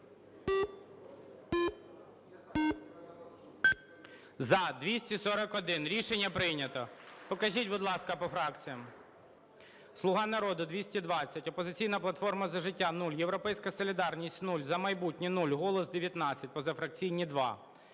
За-241 Рішення прийнято. Покажіть, будь ласка, по фракціям. "Слуга народу" – 220, "Опозиційна платформа - За життя" – 0, "Європейська солідарність" – 0, "За майбутнє" – 0, "Голос" – 19, позафракційні – 2.